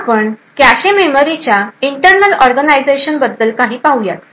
आता आपण cache memory च्या इंटरनल ऑर्गनायझेशन बद्दल काही पाहुयात